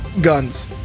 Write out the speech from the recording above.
guns